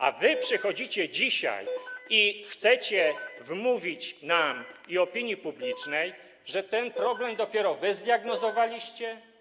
A wy przychodzicie dzisiaj i chcecie wmówić nam i opinii publicznej, że ten problem dopiero wy zdiagnozowaliście?